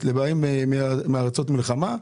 לתוספת לאותם עולים שבאים עקב המלחמה באוקראינה?